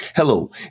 Hello